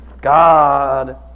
God